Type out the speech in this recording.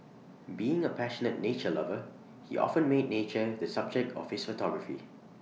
being A passionate nature lover he often made nature the subject of his photography